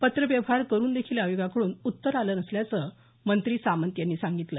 पत्रव्यवहार करून देखील आयोगाकडून उत्तर आलं नसल्याचं मंत्री सामंत यांनी सांगितलं